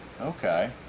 Okay